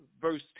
verse